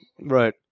Right